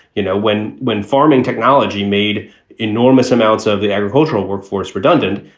you know when when farming technology made enormous amounts of the agricultural workforce redundant,